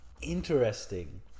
Interesting